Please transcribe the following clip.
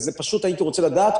פשוט הייתי רוצה לדעת,